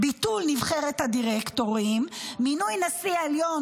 ביטול נבחרת הדירקטורים, מינוי נשיא העליון